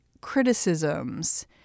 criticisms